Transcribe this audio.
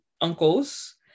uncles